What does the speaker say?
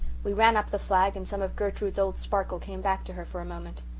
we ran up the flag and some of gertrude's old sparkle came back to her for a moment.